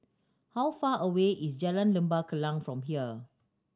how far away is Jalan Lembah Kallang from here